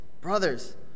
Brothers